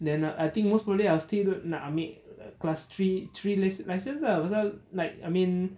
then uh I think most probably I will still nak ambil class three three li~ license lah I mean